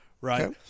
right